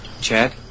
Chad